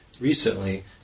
recently